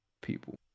people